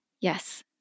Yes